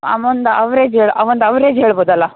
ಆ ಒಂದು ಅವ್ರೇಜ್ ಹೇಳ್ ಆ ಒಂದು ಅವ್ರೇಜ್ ಹೇಳ್ಬೋದಲ